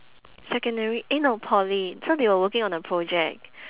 secondary eh no poly so they were working on a project